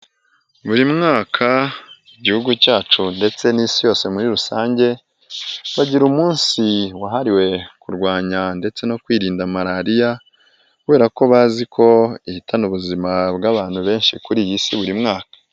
Buri mwaka, igihuguhugu cyacu ndetse n'isi yose muri rusange bagira umunsi wahariwe kurwanya ndetse no kwirinda malariya, kubera ko bazi ko ihitana ubuzima bw'abantu benshi kuri iyi si buri mwaka.